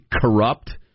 corrupt